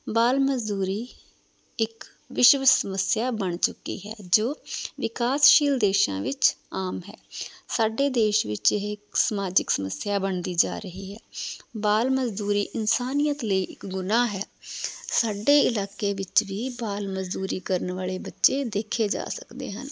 ਬਾਲ ਮਜ਼ਦੂਰੀ ਇੱਕ ਵਿਸ਼ਵ ਸਮੱਸਿਆ ਬਣ ਚੁੱਕੀ ਹੈ ਜੋ ਵਿਕਾਸਸ਼ੀਲ ਦੇਸ਼ਾਂ ਵਿੱਚ ਆਮ ਹੈ ਸਾਡੇ ਦੇਸ਼ ਵਿੱਚ ਇਹ ਸਮਾਜਿਕ ਸਮੱਸਿਆ ਬਣਦੀ ਜਾ ਰਹੀ ਹੈ ਬਾਲ ਮਜ਼ਦੂਰੀ ਇਨਸਾਨੀਅਤ ਲਈ ਇੱਕ ਗੁਨਾਹ ਹੈ ਸਾਡੇ ਇਲਾਕੇ ਵਿੱਚ ਵੀ ਬਾਲ ਮਜ਼ਦੂਰੀ ਕਰਨ ਵਾਲੇ ਬੱਚੇ ਦੇਖੇ ਜਾ ਸਕਦੇ ਹਨ